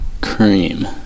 cream